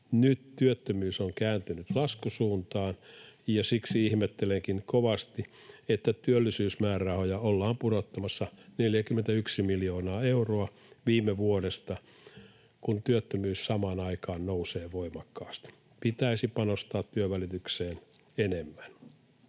Nyt työllisyys on kääntynyt laskusuuntaan, ja siksi ihmettelenkin kovasti, että työllisyysmäärärahoja ollaan pudottamassa 41 miljoonaa euroa viime vuodesta, kun työttömyys samaan aikaan nousee voimakkaasti. Pitäisi panostaa työnvälitykseen enemmän.